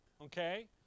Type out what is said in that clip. Okay